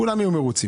כולם יהיו מרוצים,